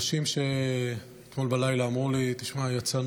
אנחנו חייבים להתכונן, חייבים להתכונן